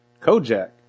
Kojak